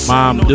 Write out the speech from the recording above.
Mom